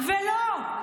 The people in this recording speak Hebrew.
ולא,